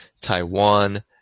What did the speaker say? Taiwan